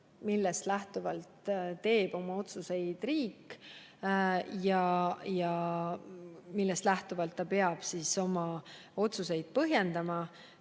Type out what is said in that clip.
millest lähtuvalt teeb oma otsuseid riik ja millest lähtuvalt ta peab oma otsuseid põhjendama.